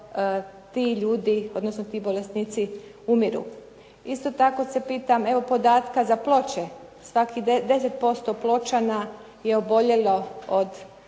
ti ljudi, odnosno ti bolesnici umiru. Isto tako se pitam, evo podatka za Ploče. Svaki 10% pločana je oboljelo od